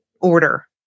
order